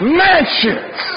mansions